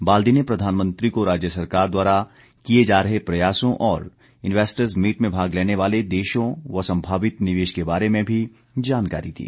बाल्दी ने प्रधानमंत्री को राज्य सरकार द्वारा किए जा रहे प्रयासों और इन्वेस्टर्स मीट में भाग लेने वाले देशों व संभावित निवेश के बारे में भी जानकारी दी